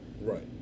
Right